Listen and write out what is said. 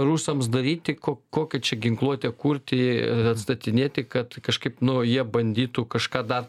rusams daryti ko kokią čia ginkluotę kurti ir atstatinėti kad kažkaip nu jie bandytų kažką dar